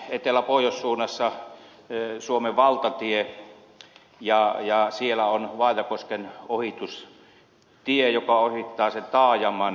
nelostie on eteläpohjois suunnassa suomen valtatie ja siellä on vaajakosken ohitustie joka ohittaa sen taajaman